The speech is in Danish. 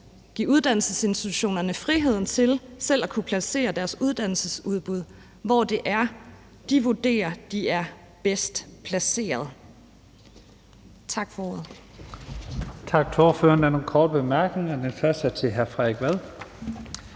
givet uddannelsesinstitutionerne friheden til selv at kunne placere deres uddannelsesudbud, hvor de vurderede, at de var bedst placeret.